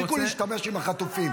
תפסיקו להשתמש בחטופים.